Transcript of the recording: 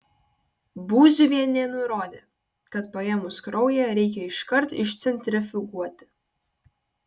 būziuvienė nurodė kad paėmus kraują reikia iškart išcentrifuguoti